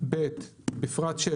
בפרט (6),